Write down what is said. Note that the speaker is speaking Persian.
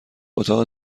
اتاق